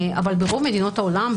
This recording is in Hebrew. אבל ברוב מדינות העולם,